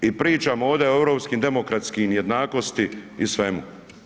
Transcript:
I pričamo ovdje o europskim demokratskim jednakosti i svemu.